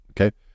Okay